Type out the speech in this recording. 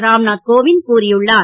ராம்நாத் கோவிந்த் கூறியுள்ளார்